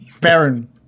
Baron